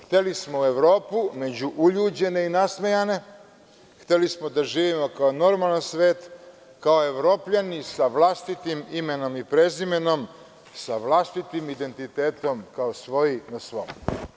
Hteli smo u Evropu među uljuđene i nasmejane, hteli smo da živimo kao normalan svet, kao Evropljani sa vlastitim imenom i prezimenom, sa vlastitim identitetom kao svoj na svome.